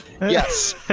yes